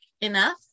enough